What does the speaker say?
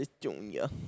Junior